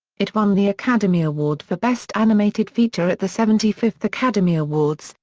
it won the academy award for best animated feature at the seventy fifth academy awards,